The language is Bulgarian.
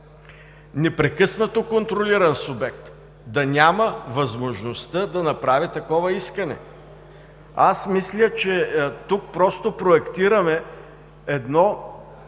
непрекъснато контролиран субект, да няма възможността да направи такова искане? Мисля, че тук просто проектираме едно